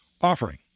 offering